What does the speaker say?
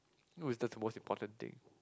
who is that's most important thing